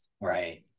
Right